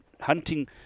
hunting